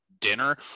dinner